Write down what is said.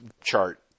chart